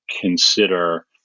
consider